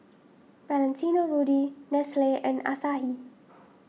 Valentino Rudy Nestle and Asahi